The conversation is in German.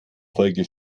folge